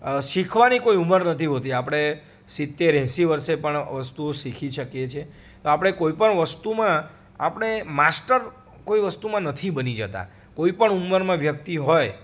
શીખવાની કોઈ ઉમર નથી હોતી આપડે સિતેર એસી વર્ષે પણ વસ્તુઓ શીખી શકીએ છે આપડે કોઈ પણ વસ્તુમાં આપણે માસ્ટર કોઈ વસ્તુમાં નથી બની જતા કોઈ પણ ઉમરમાં વ્યક્તિ હોય